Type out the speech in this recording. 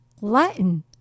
Latin